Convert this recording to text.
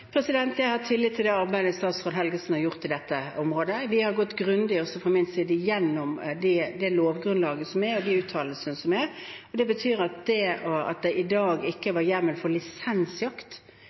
Jeg har tillit til det arbeidet som statsråd Helgesen har gjort på dette området. Vi har gått grundig – også fra min side – gjennom det lovgrunnlaget og de uttalelsene som finnes. Det betyr at det at det i dag ikke er hjemmel for lisensjakt